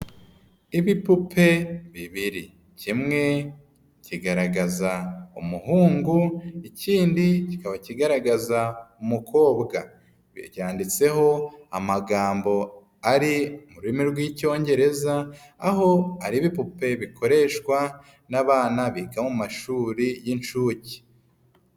Ibipupe bibiri kimwe kigaragaza umuhungu, ikindi kikaba kigaragaza umukobwa, cyanyanditseho amagambo ari mu rurimi rw'icyongereza, aho ari ibipupe bikoreshwa n'abana biga mu mashuri y'inshuke.